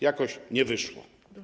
Jakoś nie wyszło.